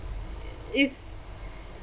is